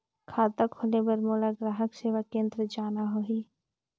खाता खोले बार मोला ग्राहक सेवा केंद्र जाना होही?